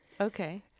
Okay